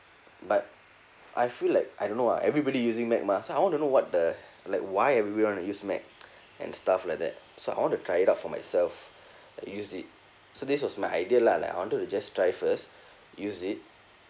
but I feel like I don't know ah everybody using mac mah so I want to know what the like why everybody want to use mac and stuff like that so I want to try it out for myself use it so this was my idea lah like I wanted to just try first use it